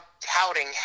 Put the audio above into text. touting